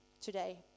today